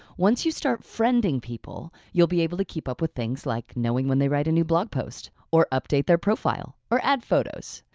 once you start friending people you'll be able to keep up with things like knowing when they write a new blog post or update their profile or add photos.